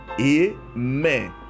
Amen